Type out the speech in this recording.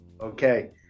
Okay